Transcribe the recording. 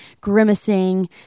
grimacing